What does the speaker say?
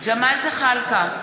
ג'מאל זחאלקה,